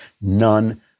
none